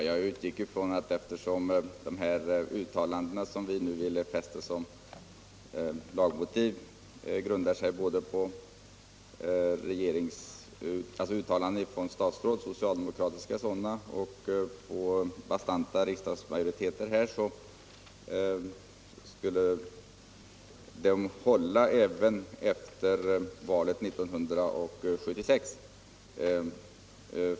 Fru talman! Eftersom de uttalanden vi ville fästa som lagmotiv grundar sig på uttalanden från socialdemokratiska statsråd och bastanta riksdagsmajoriteter utgick jag ifrån att dessa skulle hålla även efter valet 1976.